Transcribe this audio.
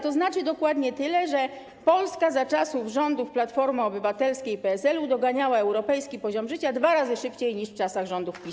To znaczy dokładnie tyle, że Polska za czasów rządów Platformy Obywatelskiej i PSL doganiała europejski poziom życia dwa razy szybciej niż w czasach rządów PiS.